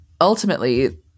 ultimately